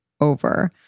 over